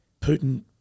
Putin